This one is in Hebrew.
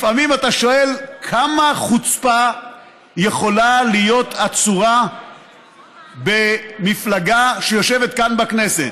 לפעמים אתה שואל כמה חוצפה יכולה להיות אצורה במפלגה שיושבת כאן בכנסת.